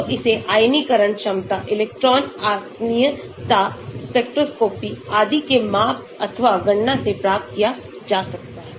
तो इसे आयनीकरण क्षमता इलेक्ट्रॉन आत्मीयता स्पेक्ट्रोस्कोपी आदि से मापा अथवा गणना से प्राप्त किया जा सकता है